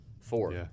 four